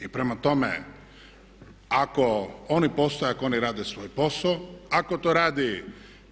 I prema tome, ako oni postoje, ako oni rade svoj posao, ako to radi